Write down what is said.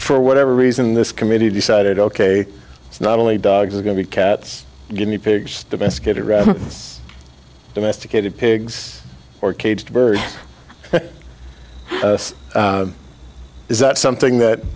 for whatever reason this committee decided ok it's not only dogs going to cats guinea pigs domesticated rats domesticated pigs or caged birds is that something that